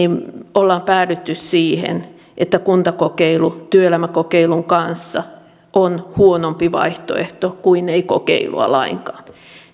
olemme päätyneet siihen että kuntakokeilu työelämäkokeilun kanssa on huonompi vaihtoehto kuin ei kokeilua lainkaan